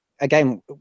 again